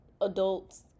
adults